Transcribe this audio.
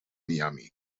miami